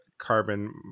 carbon